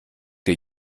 der